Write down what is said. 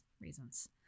reasons